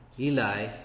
Eli